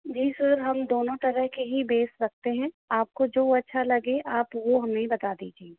जी sir हम दोनों तरह के ही बेस रखते हैं आपको जो अच्छा लगे आप वो हमें बता दीजिए